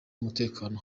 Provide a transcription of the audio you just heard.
umutekano